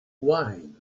wine